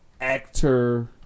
actor